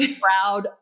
proud